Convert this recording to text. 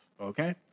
okay